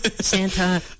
Santa